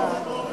פרוש,